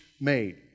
made